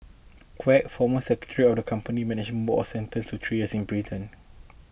Quek former secretary of the company's management board sentenced to three years in prison